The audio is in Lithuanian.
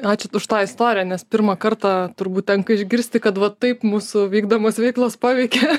ačiū už tą istoriją nes pirmą kartą turbūt tenka išgirsti kad va taip mūsų vykdomos veiklos paveikia